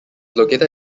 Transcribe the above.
located